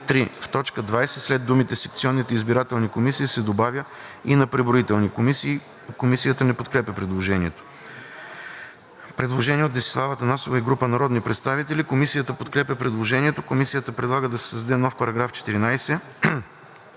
т. 20 след думите „секционните избирателни комисии“ се добавя „и на преброителни комисии“.“ Комисията не подкрепя предложението. Предложение от Десислава Атанасова и група народни представители. Комисията подкрепя предложението. Комисията предлага да се създаде нов § 14: „§ 14.